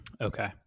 Okay